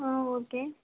ஆ okay